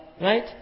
right